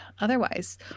otherwise